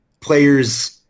players